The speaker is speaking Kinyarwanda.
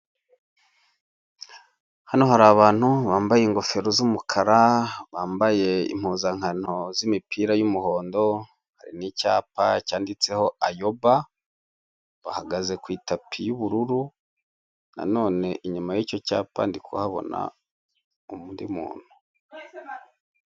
Hano hari abantu bambaye ingofero z'umukara, bambaye impuzankano z'imipira y'umuhondo hari n'icayapa cyanditseho ayoba, bahagaze ku itapi y'ubururu nanone inyuma y'icyo cyapa ndi kuhabona undi muntu.